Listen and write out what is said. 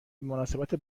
مناسبت